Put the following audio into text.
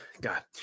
god